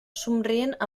somrient